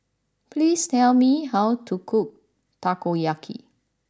please tell me how to cook Takoyaki